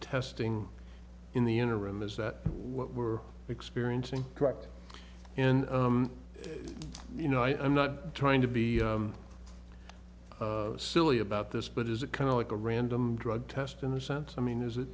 testing in the interim is that what we're experiencing correct and you know i'm not trying to be silly about this but is it kind of like a random drug test in the sense i mean is